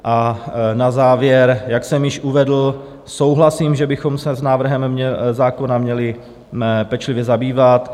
A na závěr, jak jsem již uvedl, souhlasím, že bychom se návrhem zákona měli pečlivě zabývat.